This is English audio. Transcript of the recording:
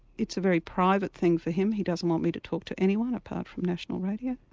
it's a very private thing for him he doesn't want me to talk to anyone apart from national radio.